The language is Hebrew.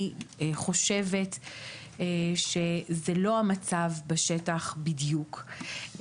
אני חושבת שזה לא המצב בשטח בדיוק.